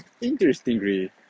interestingly